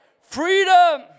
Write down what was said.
Freedom